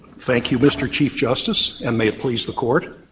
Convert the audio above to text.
thank you, mr chief justice, and may it please the court,